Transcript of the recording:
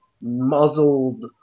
muzzled